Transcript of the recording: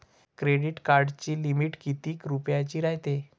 Credit कार्डाची limit कितीक रुपयाची रायते?